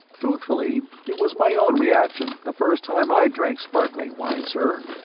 truthfully, it was my own reaction, the first time i drank sparkling wine, sir.